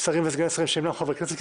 שרים וסגני שרים שהם לא חברי כנסת,